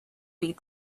beat